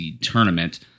tournament